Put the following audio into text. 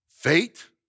fate